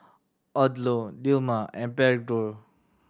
Odlo Dilmah and Pedro